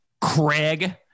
Craig